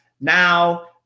Now